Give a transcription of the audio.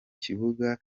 kibuga